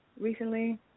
recently